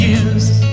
use